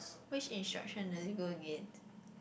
which instruction does it go against